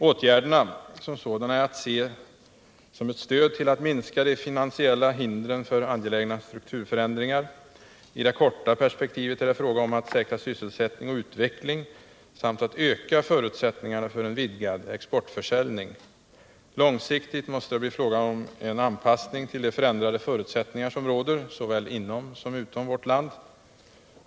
Åtgärderna är att se som ett stöd till att minska de finansiella hindren för angelägna strukturförändringar. I det korta perspektivet är det fråga om att säkra sysselsättning och utveckling samt att öka förutsättningarna för en vidgad exportförsäljning. Långsiktigt måste det bli fråga om en anpassning till de förändrade förutsättningar som råder — såväl inom som utom vårt land.